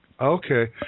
Okay